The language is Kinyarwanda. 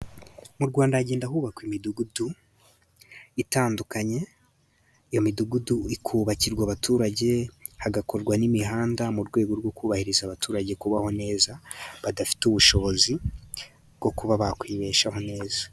Mu Rwanda hagenda hubakwa imidugudu itandukanye. Iyo midugudu ikubakirwa abaturage, hagakorwa n'imihanda mu rwego rwo kubahiriza abaturage kubaho neza, badafite ubushobozi bwo kuba bakwibeshaho neza.